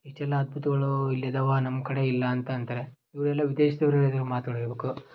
ಇಷ್ಟೆಲ್ಲ ಅದ್ಭುತಗಳು ಇಲ್ಲದಾವ ನಮ್ಮ ಕಡೆ ಇಲ್ಲ ಅಂತ ಅಂತಾರೆ ಇವರೆಲ್ಲ ವಿದೇಶದವ್ರೇ ಏನೇನು ಮಾತಾಡಿರಬೇಕು